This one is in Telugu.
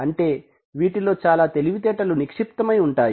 అంటే వీటిలో చాలా తెలివితేటలు నిక్షిప్తమై ఉంటాయి